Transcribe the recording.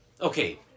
okay